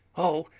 oh,